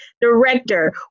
director